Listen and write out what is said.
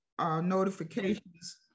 notifications